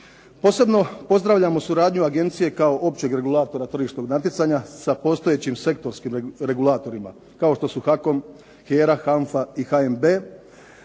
Posebno pozdravljamo suradnju agencije kao općeg regulatora tržišnog natjecanja sa postojećim sektorskim regulatorima, kao što su HAK-om, HERA, HANFA i HNB,